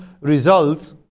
results